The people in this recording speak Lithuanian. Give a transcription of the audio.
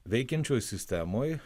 veikiančioj sistemoj